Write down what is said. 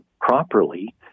properly